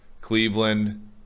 Cleveland